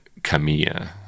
Kamiya